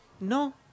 No